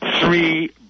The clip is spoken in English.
three